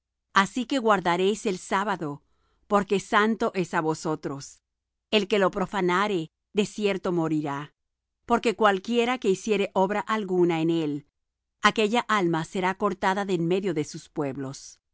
así que guardaréis el sábado porque santo es á vosotros el que lo profanare de cierto morirá porque cualquiera que hiciere obra alguna en él aquella alma será cortada de en medio de sus pueblos